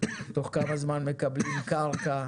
תוך כמה זמן מקבלים קרקע.